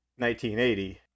1980